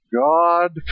God